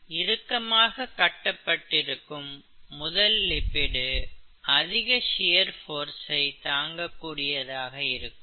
இறுக்கமாக கட்டப்பட்டிருக்கும் முதல் லிப்பிடு அதிக ஷியர் போர்சை தாங்கக் கூடியதாக இருக்கும்